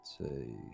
Say